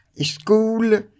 School